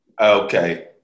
Okay